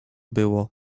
było